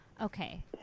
okay